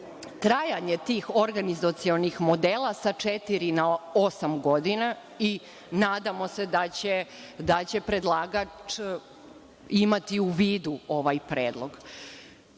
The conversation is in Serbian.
trajanje tih organizacionih modela sa četiri na osam godina. Nadamo se da će predlagač imati u vidu ovaj predlog. Na